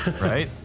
Right